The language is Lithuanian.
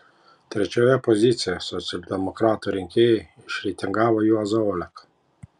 trečioje pozicijoje socialdemokratų rinkėjai išreitingavo juozą oleką